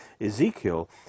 Ezekiel